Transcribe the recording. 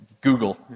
Google